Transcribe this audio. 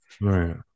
right